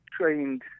trained